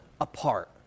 apart